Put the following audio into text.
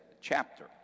chapter